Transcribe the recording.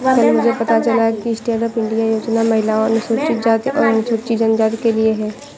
कल मुझे पता चला कि स्टैंडअप इंडिया योजना महिलाओं, अनुसूचित जाति और अनुसूचित जनजाति के लिए है